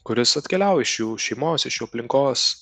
kuris atkeliauja iš jų šeimos iš jų aplinkos